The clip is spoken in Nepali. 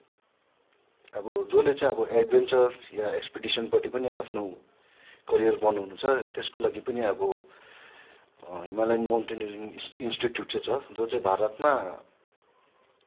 अब जसले चाहिँ अब एडभेन्चर या एक्सपेडिसनपट्टि पनि आफ्नो करियर बनाउनु हुन्छ त्यसको लागि पनि अब हिमालयन माउन्टेनियरिङ इन्स इन्स्टिट्युट चाहिँ छ जो चाहिँ भारतमा